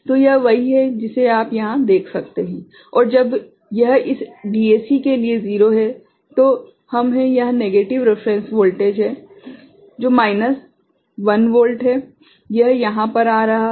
तो यह वही है जिसे आप यहां देख सकते हैं और जब यह इस डीएसी के लिए 0 है तो हम हैं यह नेगेटिव रेफेरेंस वोल्टेज है जो माइनस 1 वोल्ट है यह यहाँ पर आ रहा है